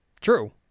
True